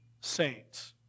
saints